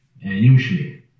Usually